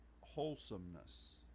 wholesomeness